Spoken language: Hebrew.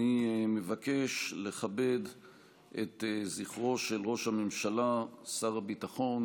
אני מבקש לכבד את זכרו של ראש הממשלה ושר הביטחון